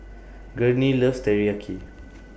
Gurney loves Teriyaki